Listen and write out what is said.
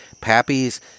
Pappy's